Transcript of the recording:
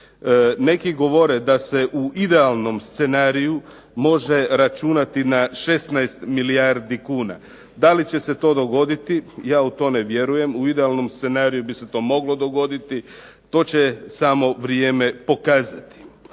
Neki govore da se u idealnom scenariju može računati na 16 milijardi kuna. Da li će se to dogoditi, ja u to ne vjerujem. U idealnom scenariju bi se to moglo dogoditi. To će samo vrijeme pokazati.